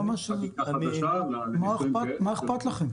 מה אכפת לכם?